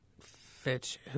Fitch